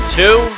two